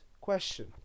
question